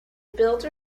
builder